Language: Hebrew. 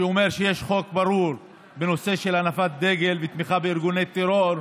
שאומר שיש חוק ברור בנושא של הנפת דגל בתמיכה בארגוני טרור,